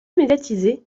médiatisé